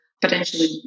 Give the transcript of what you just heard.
potentially